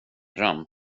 dröm